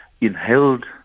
inhaled